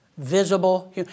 visible